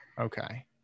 Okay